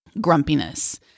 Grumpiness